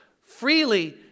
Freely